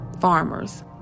farmers